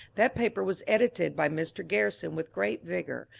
that paper was edited by mr. garrison with great vigour,